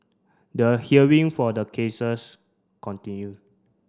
the hearing for the cases continue